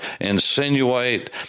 insinuate